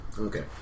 Okay